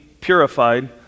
purified